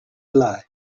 alive